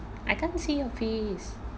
I can't see your face